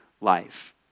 life